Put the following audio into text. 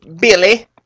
billy